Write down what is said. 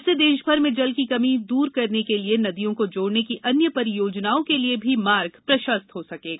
इससे देशभर में जल की कमी दूर करने के लिए नदियों को जोड़ने की अन्य परियोजनाओं के लिए भी मार्ग प्रशस्त हो सकेगा